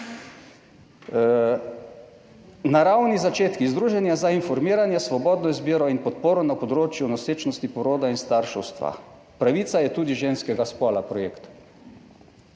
naravni začetki, združenja za informiranje, svobodno izbiro in podporo na področju nosečnosti, poroda in starševstva. Pravica je tudi ženskega spola projekt.